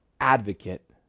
advocate